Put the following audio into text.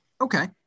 okay